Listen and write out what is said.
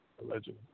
allegedly